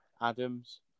Adams